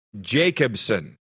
Jacobson